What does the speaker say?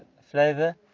flavor